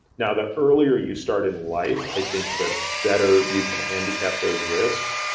now, the earlier you start in life, i think the better you can handicap those risks.